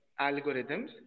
algorithms